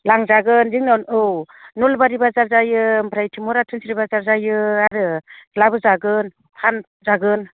लांजागोन औ जोंनाव नलबारि बाजार जायो ओमफ्राय बेथि थुमुरा थुन्थ्लि बाजार जायो आरो लाबोजागोन फानजागोन